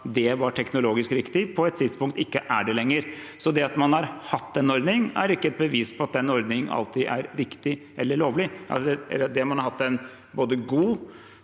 teknologisk riktig, på et tidspunkt ikke er det lenger. Det at man har hatt en ordning, er ikke et bevis på at ordningen alltid er riktig eller lovlig. Det at man har hatt en både god